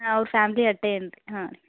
ಹಾಂ ಅವ್ರ ಫ್ಯಾಮ್ಲಿ ಅಷ್ಟೇನ್ ಹಾಂ ರೀ